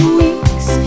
weeks